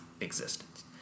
existence